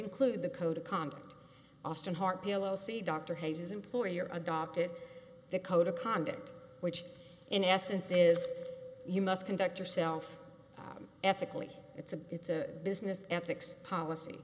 include the code of conduct austin heart pelosi dr his his employer adopted the code of conduct which in essence is you must conduct yourself ethically it's a it's a business ethics policy